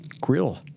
grill